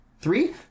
Three